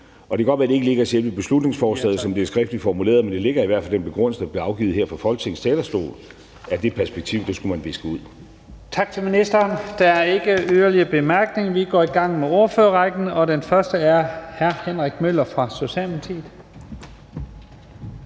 Det kan godt være, at det ikke ligger i selve beslutningsforslaget, som det er skriftligt formuleret, men det ligger i hvert fald i den begrundelse, der blev afgivet her fra Folketingets talerstol, at det perspektiv skulle man viske ud. Kl. 16:46 Første næstformand (Leif Lahn Jensen): Tak til ministeren. Der er ikke yderligere korte bemærkninger. Vi går i gang med ordførerrækken, og den første er hr. Henrik Møller fra Socialdemokratiet.